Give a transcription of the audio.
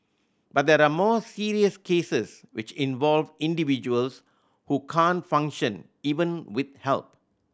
but there are more serious cases which involve individuals who can't function even with help